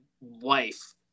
wife